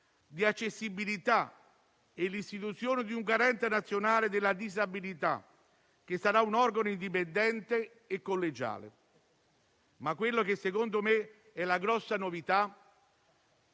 di accessibilità e l'istituzione di un Garante nazionale della disabilità, che sarà un organo indipendente e collegiale. Secondo me, la grossa novità,